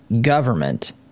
government